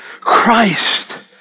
Christ